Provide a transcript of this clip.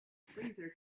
freezer